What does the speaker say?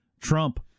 Trump